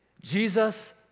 Jesus